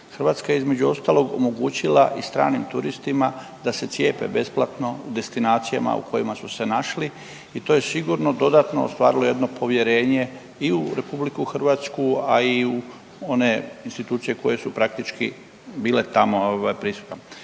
Hrvatska je između ostalog omogućila i stranim turistima da se cijepe besplatno u destinacijama u kojima su se našli i to je sigurno dodatno ostvarilo jedno povjerenje i u Republiku Hrvatsku, a i u one institucije koje su praktički bile tamo prisutne.